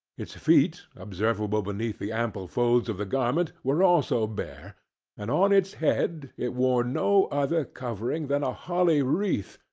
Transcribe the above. its feet, observable beneath the ample folds of the garment, were also bare and on its head it wore no other covering than a holly wreath,